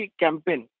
campaign